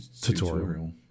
tutorial